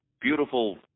Beautiful